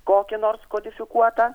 kokį nors kodifikuotą